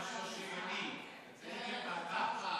מעמד האישה